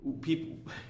people